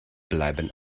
bleiben